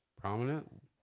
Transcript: Prominent